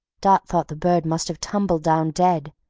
dot thought the bird must have tumbled down dead,